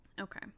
Okay